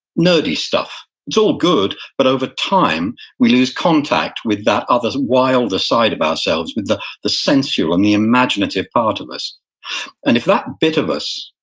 nerdy stuff. it's all good, but over time we lose contact with that other, wilder side of ourselves with the the sensual and the imaginative part of us and if that bit of us,